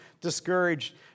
discouraged